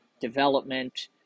development